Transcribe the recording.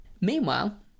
Meanwhile